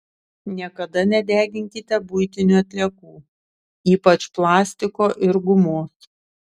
niekada nedeginkite buitinių atliekų ypač plastiko ir gumos